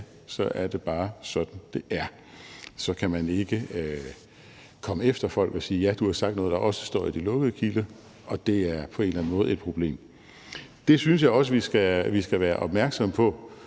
så er det bare sådan, det er. Så kan man ikke komme efter folk og sige, at de har sagt noget, der også står i de lukkede kilder, og at det på en eller anden måde er et problem. Det synes jeg også vi skal være opmærksomme på,